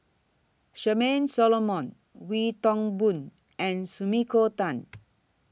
Charmaine Solomon Wee Toon Boon and Sumiko Tan